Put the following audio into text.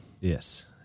Yes